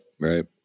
right